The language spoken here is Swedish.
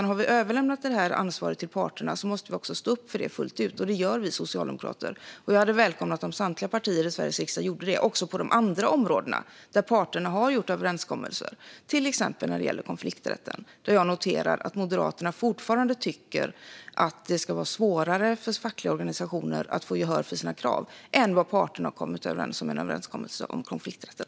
Har vi överlämnat detta ansvar till parterna måste vi också stå upp för det fullt ut, och det gör Socialdemokraterna. Jag hade välkomnat om samtliga partier i Sveriges riksdag gjorde det - också på andra områden där parterna har gjort överenskommelser, till exempel när det gäller konflikträtten. Jag noterar att Moderaterna fortfarande tycker att det ska vara svårare för fackliga organisationer att få gehör för sina krav än vad parterna har kommit överens om i en överenskommelse om konflikträtten.